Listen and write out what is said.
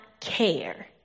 care